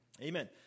Amen